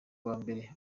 mumbere